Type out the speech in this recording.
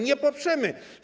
Nie poprzemy.